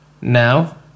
now